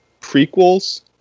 prequels